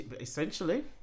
Essentially